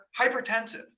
hypertensive